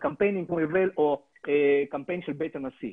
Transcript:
קמפיין של יובל או קמפיין של בית הנשיא.